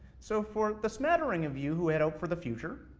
so for the smattering of you who had hope for the future,